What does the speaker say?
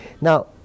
Now